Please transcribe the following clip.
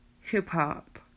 hip-hop